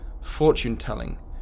fortune-telling